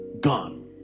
gone